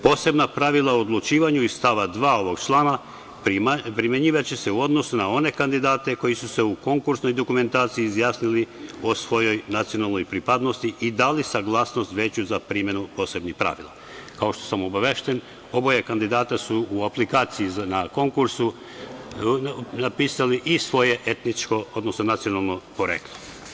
Posebna pravila o odlučivanja iz stava 2. ovog člana primenjivaće se u odnosu na one kandidate koji su se u konkursnoj dokumentaciji izjasnili o svojoj nacionalnoj pripadnosti i dali saglasnost veću za primenu posebnih pravila.“ Kao što sam obavešten, oba kandidata su u aplikaciji na konkursu napisala i svoje etničko, odnosno nacionalno poreklo.